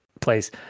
place